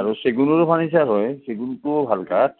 আৰু চেগুনৰো ফাৰ্ণিচাৰ হয় চেগুনটোও ভাল কাঠ